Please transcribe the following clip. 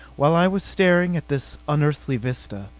while i was staring at this unearthly vista,